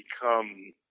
become